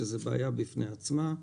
שהיא בעיה בפני עצמה.